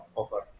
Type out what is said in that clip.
offer